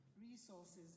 resources